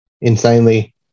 insanely